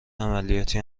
عملیاتی